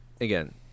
again